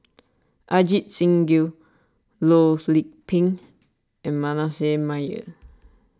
Ajit Singh Gill Loh Lik Peng and Manasseh Meyer